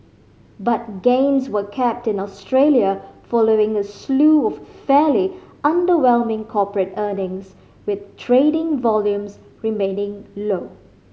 but gains were capped in Australia following a slew of fairly underwhelming corporate earnings with trading volumes remaining low